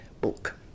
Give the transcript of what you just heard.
book